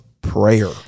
prayer